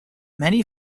many